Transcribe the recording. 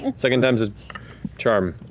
and second time's the charm.